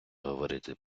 говорити